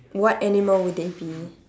what animal would they be